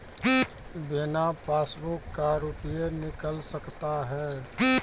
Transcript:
बिना पासबुक का रुपये निकल सकता हैं?